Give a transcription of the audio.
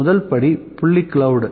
முதல் படி புள்ளி கிளவுட்